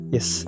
Yes